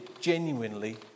genuinely